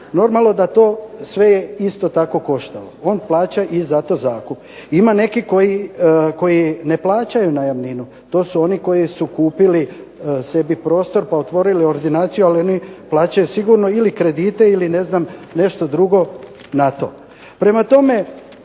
Normalno da je to sve koštalo. On plaća i zato zakup. Ima neki koji ne plaćaju najamninu. To su oni koji su kupili sebi prostor pa otvorili ordinaciju. Ali oni plaćaju sigurno kredite ili ne znam nešto drugo na to. Prema tome,